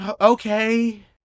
Okay